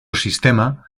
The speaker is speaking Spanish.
sistema